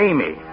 Amy